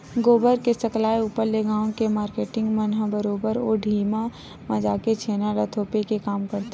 गोबर के सकलाय ऊपर ले गाँव के मारकेटिंग मन ह बरोबर ओ ढिहाँ म जाके छेना ल थोपे के काम करथे